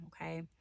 okay